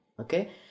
okay